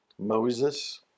Moses